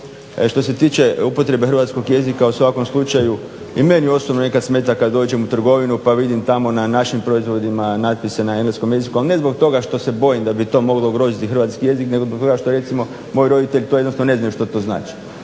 Što se tiče upotrebe hrvatskog jezika u svakom slučaju i meni osobno nekad smeta kad dođem u trgovinu pa vidim tamo na našim proizvodima natpise na engleskom jeziku, ali ne zbog toga što se bojim da bi to moglo ugroziti hrvatski jezik nego zbog toga što recimo moji roditelji to jednostavno ne znaju što to znači.